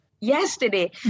yesterday